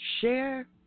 share